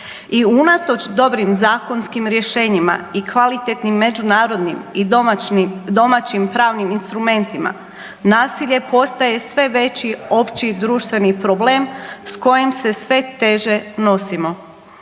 I unatoč dobrim zakonskim rješenjima i kvalitetnim međunarodnim i domaćim pravnim instrumentima nasilje postaje sve veći opći društveni problem s kojim se sve teže nosimo.